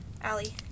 Allie